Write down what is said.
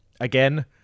again